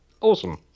Awesome